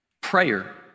Prayer